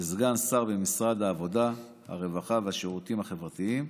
לסגן שר במשרד העבודה, הרווחה והשירותים החברתיים.